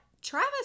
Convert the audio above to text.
Travis